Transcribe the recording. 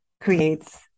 creates